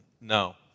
no